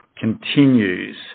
continues